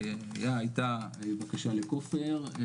הייתה בקשה לכופר,